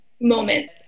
moment